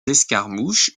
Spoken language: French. escarmouches